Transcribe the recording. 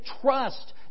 trust